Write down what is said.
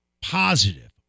positive